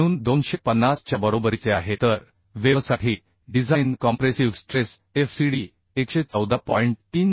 म्हणून 250 च्या बरोबरीचे आहे तर वेव्हसाठी डिझाइन कॉम्प्रेसिव्ह स्ट्रेस FCD 114